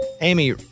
Amy